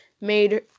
made